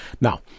Now